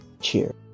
cheers